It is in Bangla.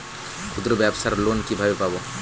ক্ষুদ্রব্যাবসার লোন কিভাবে পাব?